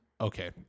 okay